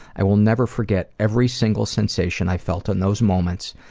i will never forget every single sensation i felt in those moments.